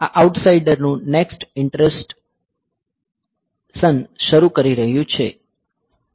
આ આઉટસાઇડર નું next iteration શરૂ કરી રહ્યું છે